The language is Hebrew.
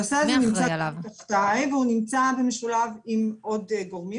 הנושא הזה נמצא תחתיי והוא נמצא במשולב עם עוד גורמים